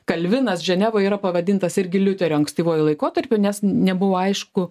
kalvinas ženevoje yra pavadintas irgi liuteriu ankstyvuoju laikotarpiu nes nebuvo aišku